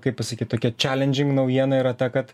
kaip pasakyt tokia čelendžing naujiena yra ta kad